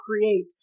create